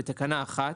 בתקנה 1,